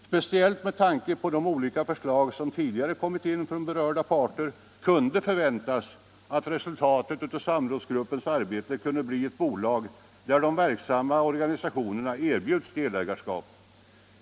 Speciellt med tanke på de olika förslag som tidigare inkommit från olika berörda parter kunde det förväntas att resultatet av samrådsgruppens arbete skulle bli ett bolag där de verksamma organisationerna erbjöds delägarskap.